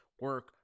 Work